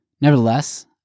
Nevertheless